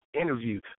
interview